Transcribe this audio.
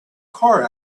car